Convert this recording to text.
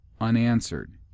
unanswered